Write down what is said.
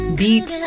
beat